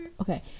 Okay